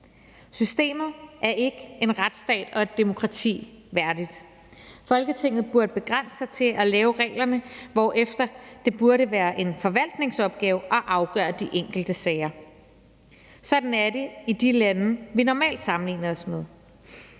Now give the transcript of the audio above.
Systemet er ikke en retsstat og et demokrati værdigt. Folketinget burde begrænse sig til at lave reglerne, hvorefter det burde være en forvaltningsopgave at afgøre de enkelte sager. Sådan er det i de lande, vi normalt sammenligner os med.